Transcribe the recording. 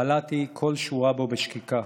בלעתי כל שורה בו בשקיקה,